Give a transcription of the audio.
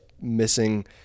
missing